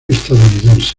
estadounidense